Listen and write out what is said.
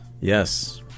yes